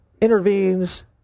intervenes